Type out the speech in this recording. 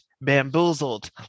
bamboozled